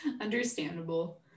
Understandable